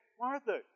Martha